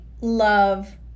love